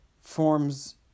forms